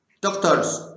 Doctors